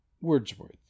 Wordsworth